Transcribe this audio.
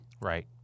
Right